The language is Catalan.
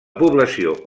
població